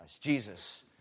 Jesus